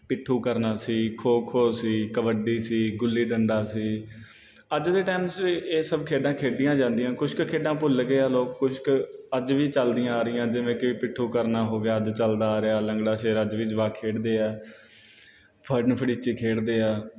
ਪਿੱਠੂ ਕਰਨਾ ਸੀ ਖੋ ਖੋ ਸੀ ਕਬੱਡੀ ਸੀ ਗੁੱਲੀ ਡੰਡਾ ਸੀ ਅੱਜ ਦੇ ਟਾਇਮ 'ਚ ਇਹ ਸਭ ਖੇਡਾਂ ਖੇਡੀਆਂ ਜਾਂਦੀਆਂ ਕੁਛ ਕੁ ਖੇਡਾਂ ਭੁੱਲ ਗਏ ਆ ਲੋਕ ਕੁਛ ਕੁ ਅੱਜ ਵੀ ਚੱਲਦੀਆਂ ਆ ਰਹੀਆਂ ਨੇ ਜਿਵੇਂ ਕਿ ਪਿੱਠੂ ਕਰਨਾ ਹੋ ਗਿਆ ਅੱਜ ਚੱਲਦਾ ਆ ਰਿਹਾ ਲੰਗੜਾ ਸ਼ੇਰ ਅੱਜ ਵੀ ਜਵਾਕ ਖੇਡਦੇ ਹੈ ਫੜਨ ਫੜੀਚੀ ਖੇਡਦੇ ਹੈ